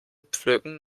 pflücken